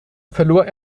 verlor